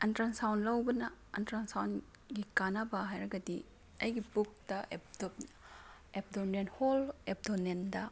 ultrasound ꯂꯧꯕꯅ ꯑꯜꯇ꯭ꯔꯥꯁꯥꯎꯟꯒꯤ ꯀꯥꯟꯅꯕ ꯍꯥꯏꯔꯒꯗꯤ ꯑꯩꯒꯤ ꯄꯨꯛꯇ ꯑꯦꯕꯗꯣꯅꯦꯜ ꯍꯣꯜ ꯑꯦꯕꯗꯣꯃꯦꯟꯗ